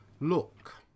Look